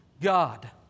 God